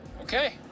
Okay